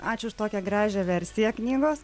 ačiū už tokią gražią versiją knygos